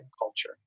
culture